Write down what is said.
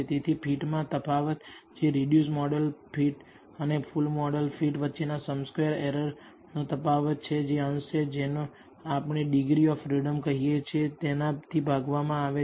તેથી ફિટમાં તફાવત જે રિડ્યુસડ મોડલ ફિટ અને ફુલ મોડલ ફિટ વચ્ચેના સમ સ્ક્વેર એરરનો તફાવત છે જે અંશ છે જેને આપણે ડિગ્રી ઓફ ફ્રીડમ કહીએ છીએ તેનાથી ભાગવામાં આવે છે